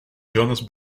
jonas